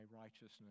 righteousness